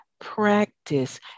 practice